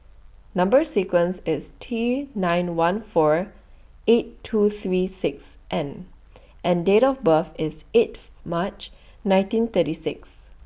Number sequence IS T nine one four eight two three six N and Date of birth IS eighth March nineteen thirty six